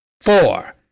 four